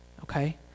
Okay